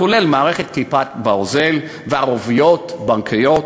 כולל מערכת "כיפת ברזל" וערבויות בנקאיות,